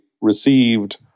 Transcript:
received